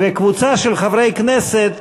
וקבוצה של חברי כנסת,